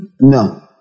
No